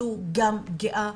זו גם פגיעה,